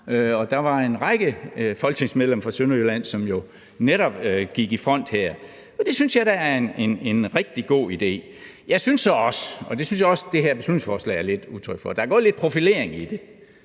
der var en række folketingsmedlemmer fra Sønderjylland, som jo netop gik i front her, og det synes jeg da er en rigtig god idé. Jeg synes så også – og det synes jeg også at det her beslutningsforslag lidt er udtryk for – at der er gået lidt profilering i det.